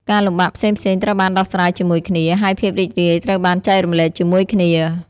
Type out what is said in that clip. ការលំបាកផ្សេងៗត្រូវបានដោះស្រាយជាមួយគ្នា ហើយភាពរីករាយត្រូវបានចែករំលែកជាមួយគ្នា។